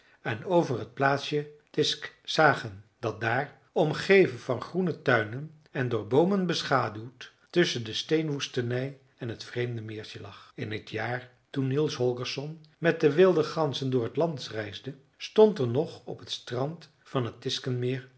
en over het plaatsje tisksagen dat daar omgeven van groene tuinen en door boomen beschaduwd tusschen de steenwoestenij en het vreemde meertje lag in het jaar toen niels holgersson met de wilde ganzen door het land reisde stond er nog op het strand van het